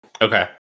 Okay